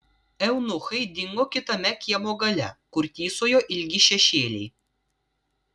eunuchai dingo kitame kiemo gale kur tįsojo ilgi šešėliai